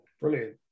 brilliant